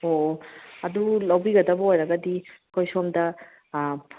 ꯑꯣ ꯑꯗꯨ ꯂꯧꯕꯤꯒꯗꯕ ꯑꯣꯏꯔꯒꯗꯤ ꯑꯩꯈꯣꯏ ꯁꯣꯝꯗ